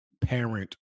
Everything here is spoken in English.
parent